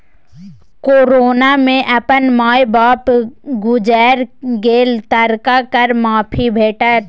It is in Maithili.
कोरोना मे अपन माय बाप गुजैर गेल तकरा कर माफी भेटत